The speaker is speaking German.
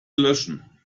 löschen